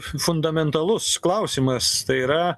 fundamentalus klausimas tai yra